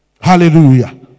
Hallelujah